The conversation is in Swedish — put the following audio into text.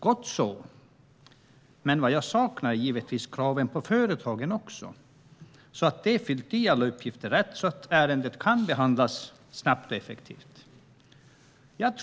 Gott så, men vad jag saknar är givetvis krav på företagen också - att de ska ha fyllt i alla uppgifter rätt så att ärendet kan behandlas snabbt och effektivt.